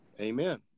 Amen